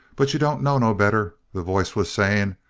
but you don't know no better, the voice was saying.